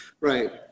right